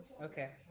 Okay